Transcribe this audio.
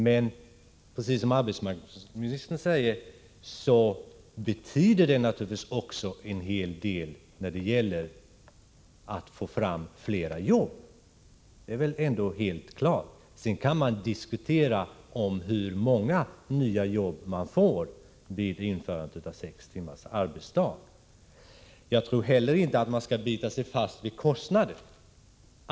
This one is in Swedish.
Men precis som arbetsmarknadsministern säger betyder införandet av sextimmarsdagen naturligtvis också en hel del när det gäller att få fram flera jobb. Det är väl helt klart. Sedan kan man diskutera hur många nya jobb man får vid införandet av sex timmars arbetsdag. Jag tror inte heller att man skall bita sig fast vid kostnaderna.